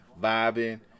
vibing